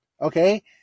okay